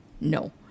No